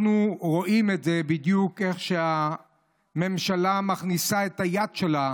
אנחנו רואים בדיוק איך שהממשלה מכניסה את היד שלה